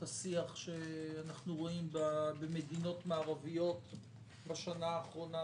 השיח שאנחנו רואים במדינות מערביות בשנה האחרונה,